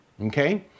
Okay